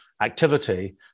activity